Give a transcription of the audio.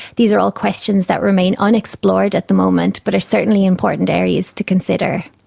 these are all questions that remain unexplored at the moment but are certainly important areas to consider.